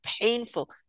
painful